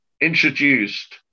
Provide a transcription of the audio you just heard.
introduced